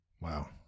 Wow